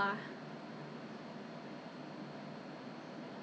so any anyway 他 membership 是有 discount 的吗我也不知道有吗